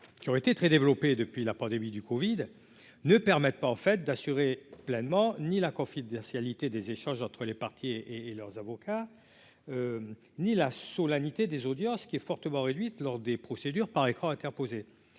qui aurait été très développé depuis la pandémie du Covid ne permettent pas en fait d'assurer pleinement ni la confidentialité des échanges entre les parties et et leurs avocats, ni la solennité des audiences qui est fortement réduite lors des procédures par écran interposé,